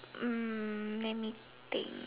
mm let me think